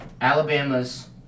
Alabama's